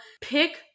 pick